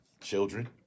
Children